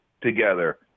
together